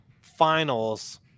finals